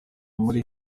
muri